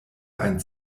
ein